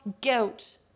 guilt